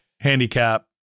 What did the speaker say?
handicap